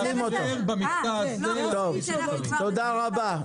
תודה רבה.